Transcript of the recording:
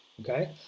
Okay